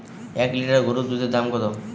এক লিটার গোরুর দুধের দাম কত?